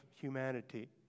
humanity